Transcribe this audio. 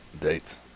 dates